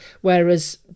whereas